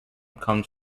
comes